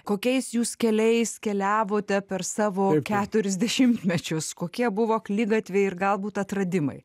kokiais jūs keliais keliavote per savo keturis dešimtmečius kokie buvo akligatviai ir galbūt atradimai